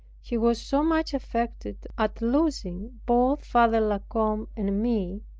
he was so much affected at losing both father la combe and me.